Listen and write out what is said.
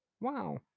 Wow